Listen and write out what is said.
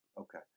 Okay